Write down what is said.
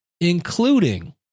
including